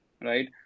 right